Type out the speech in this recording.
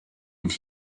and